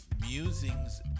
Musing's